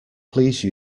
please